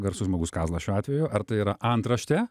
garsus zmogus kazlas šiuo atveju ar tai yra antraštė